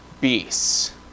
beasts